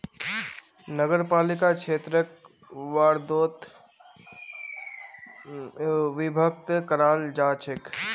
नगरपालिका क्षेत्रक वार्डोत विभक्त कराल जा छेक